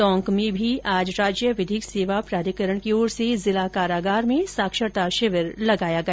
टोंक में भी आज राज्य विधिक सेवा प्राधिकरण की ओर से जिला कारागार में साक्षरता शिविर लगाया गया